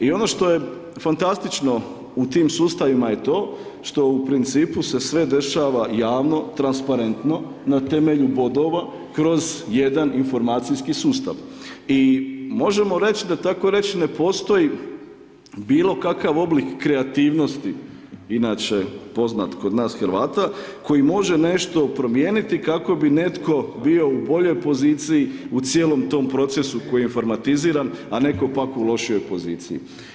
I ono što je fantastično u tim sustavima je to što u principu se sve dešava javno, transparentno, na temelji bodova kroz jedan informacijski sustav i možemo reći da takoreći ne postoji bilokakav oblik kreativnosti inače poznat kod nas Hrvata, koji može nešto promijeniti kako bi netko bio u boljoj poziciji u cijelom tom procesu koji je informatiziran a netko pak u lošijoj poziciji.